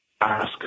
ask